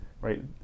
right